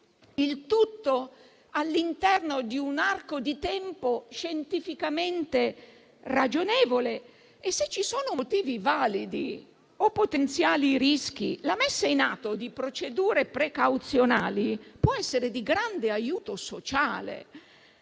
il tutto all'interno di un arco di tempo scientificamente ragionevole. Se ci sono motivi validi o potenziali rischi, la messa in atto di procedure precauzionali può essere di grande aiuto sociale.